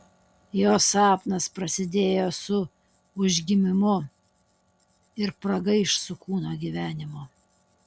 jo sapnas prasidėjo su užgimimu ir pragaiš su kūno gyvenimu